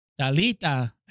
Dalita